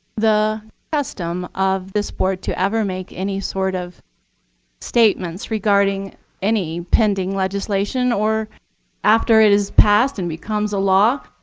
the custom of this board to ever make any sort of statements regarding any pending legislation or after it has passed and becomes a law.